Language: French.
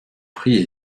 prix